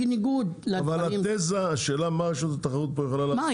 אבל השאלה היא מה רשות התחרות יכולה --- מה,